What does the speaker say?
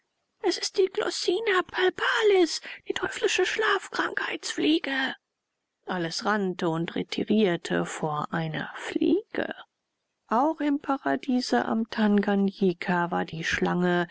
es ist die glossina palpalis die teuflische schlafkrankheitsfliege alles rannte und retirierte vor einer fliege auch im paradiese am tanganjika war die schlange